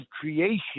creation